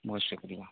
بہت شکریہ